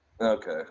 okay